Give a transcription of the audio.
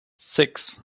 six